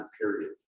Period